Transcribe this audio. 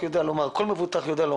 על המחמאות שנתת לקופה שלנו,